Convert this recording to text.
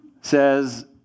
says